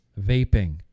vaping